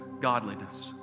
godliness